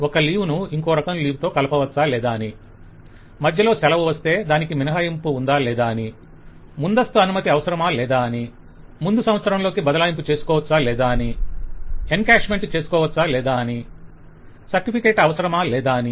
ఒక లీవ్ ను ఇంకో రకం లీవ్ తో కలపవచ్చా లేదా అని మధ్యలో సెలవు వస్తే దానికి మినహాయింపు ఉందా లేదా అని ముందస్తు అనుమతి అవసరమా లేదా అని ముందు సంవత్సరంలోకి బదలాయింపు చేసుకోవచ్చా లేదా అని ఎన్కేష్మెంట్ చేసుకోవచ్చా లేదా అని సర్టిఫికేట్ అవసరమా లేదా అని